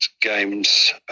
games